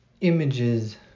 images